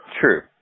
True